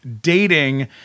dating